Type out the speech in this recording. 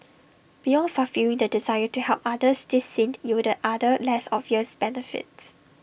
beyond fulfilling the desire to help others this stint yielded other less obvious benefits